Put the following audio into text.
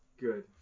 good